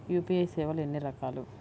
UPI సేవలు ఎన్నిరకాలు?